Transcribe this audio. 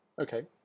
Okay